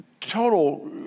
total